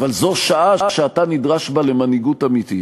אבל זו שעה שאתה נדרש בה למנהיגות אמיתית.